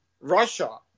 Russia